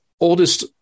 oldest